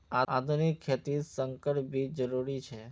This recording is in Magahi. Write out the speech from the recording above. आधुनिक खेतित संकर बीज जरुरी छे